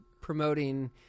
promoting